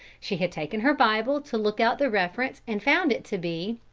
she had taken her bible to look out the reference and found it to be